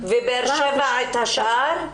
והלשכה בבאר שבע את השאר?